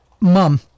mum